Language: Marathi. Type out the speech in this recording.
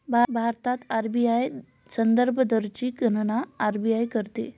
भारतात आर.बी.आय संदर्भ दरची गणना आर.बी.आय करते